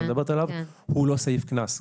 הוא לא סעיף קנס.